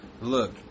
Look